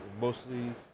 mostly